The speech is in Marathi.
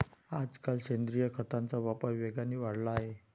आजकाल सेंद्रिय खताचा वापर वेगाने वाढला आहे